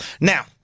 Now